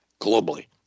globally